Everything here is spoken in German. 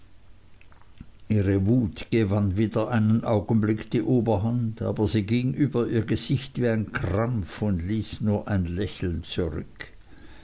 ihre wut gewann wieder einen augenblick die oberhand aber sie ging über ihr gesicht wie ein krampf und ließ nur ein lächeln zurück